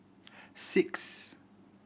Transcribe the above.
six